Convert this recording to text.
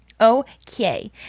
Okay